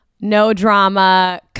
no-drama